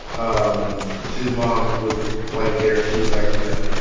um his mom was like there she was like, you know.